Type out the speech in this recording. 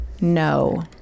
No